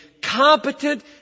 competent